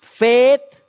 faith